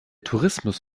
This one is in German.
tourismus